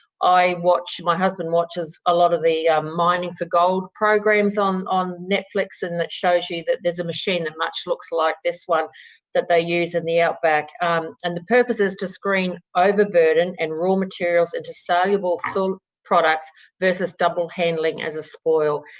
i watch my husband watches a lot of the mining for gold programs on on netflix and it shows you that there's a machine that much looks like this one that they use in the outback and purpose is to screen overburden and raw materials into saleable full products versus double handling as a spoil.